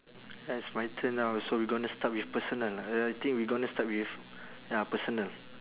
ya it's my turn now so we gonna start with personal ya I think we gonna start with ya personal